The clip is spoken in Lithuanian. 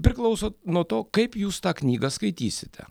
priklauso nuo to kaip jūs tą knygą skaitysite